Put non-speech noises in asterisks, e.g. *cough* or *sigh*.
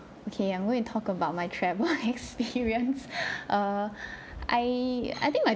okay I'm going to talk about my travel *laughs* experience err I I think like